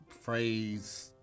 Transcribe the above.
phrase